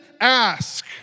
ask